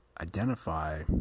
identify